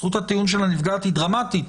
זכות הטיעון של הנפגעת היא דרמטית,